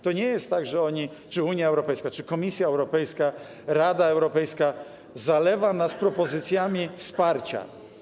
To nie jest tak, że oni czy Unia Europejska, czy Komisja Europejska, czy Rada Europejska zalewają nas propozycjami wsparcia.